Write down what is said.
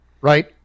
Right